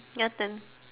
your turn